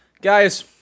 Guys